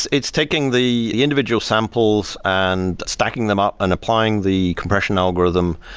it's taking the the individual samples and stacking them up and applying the compression algorithm.